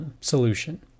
solution